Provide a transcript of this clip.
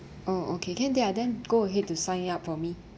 orh okay can ya then go ahead to sign it up for me